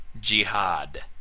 Jihad